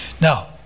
Now